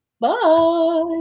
Bye